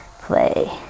play